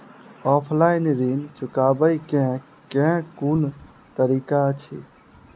Offline ऋण चुकाबै केँ केँ कुन तरीका अछि?